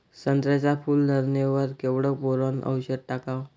संत्र्याच्या फूल धरणे वर केवढं बोरोंन औषध टाकावं?